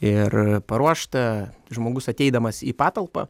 ir paruošta žmogus ateidamas į patalpą